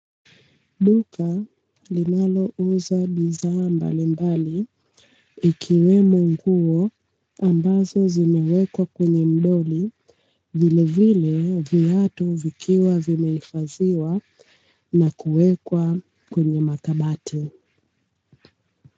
Duka linalouza bidhaa mbalimbali ikiwemo nguo ambazo zimewekwa kwenye mdoli, vilevile viatu vikiwa vimehifadhiwa na kuwekwa kwenye makabati.